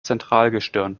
zentralgestirn